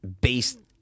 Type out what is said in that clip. based